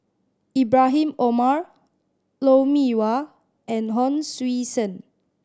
Ibrahim Omar Lou Mee Wah and Hon Sui Sen